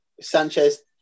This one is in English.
Sanchez